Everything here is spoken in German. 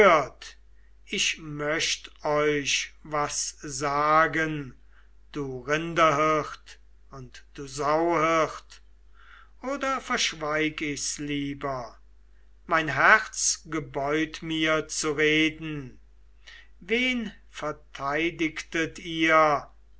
ich möcht euch was sagen du rinderhirt und du sauhirt oder verschweig ich's lieber mein herz gebeut mir zu reden wen verteidigtet ihr